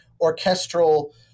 orchestral